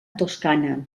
toscana